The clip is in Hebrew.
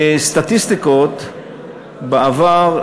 מסטטיסטיקות בעבר,